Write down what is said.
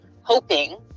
hoping